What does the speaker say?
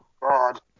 God